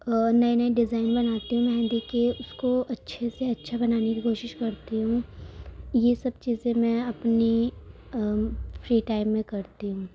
اور نئی نئی ڈیزائن بناتی ہوں مہندی کی اس کو اچھے سے اچھا بنانے کی کوشش کرتی ہوں یہ سب چیزیں میں اپنی فری ٹائم میں کرتی ہوں